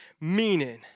meaning